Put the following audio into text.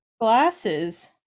glasses